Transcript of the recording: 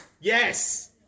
Yes